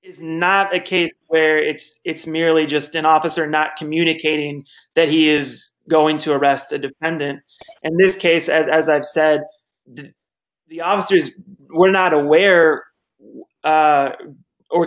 is not a case where it's it's merely just an officer not communicating that he is going to arrest the defendant and this case as i've said the officers were not aware